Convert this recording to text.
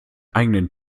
eigenen